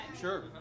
Sure